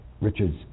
Richard's